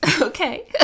Okay